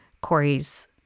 Corey's